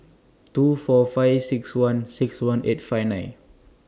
two four five six one six one eight five nine